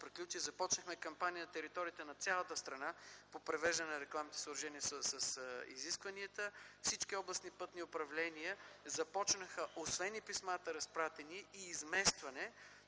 2010 г. започнахме кампания на територията на цялата страна по привеждане на рекламните съоръжения с изискванията. Всички областни пътни управления започнаха – освен и писмата, разпратени, и изместване,